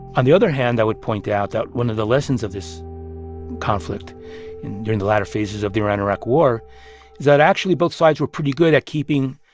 on the other hand, i would point out that one of the lessons of this conflict during the latter phases of the iran-iraq war is that, actually, both sides were pretty good at keeping